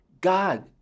God